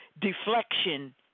deflection